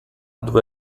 dove